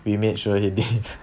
we made sure he did